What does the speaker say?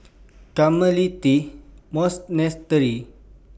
Carmelite Monastery